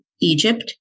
Egypt